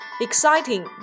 Exciting